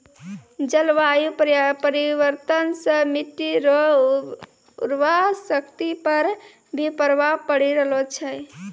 जलवायु परिवर्तन से मट्टी रो उर्वरा शक्ति पर भी प्रभाव पड़ी रहलो छै